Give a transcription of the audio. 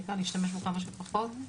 להשתמש בו כמה שפחות.